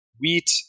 wheat